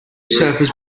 surfers